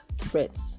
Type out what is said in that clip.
threats